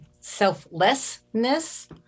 selflessness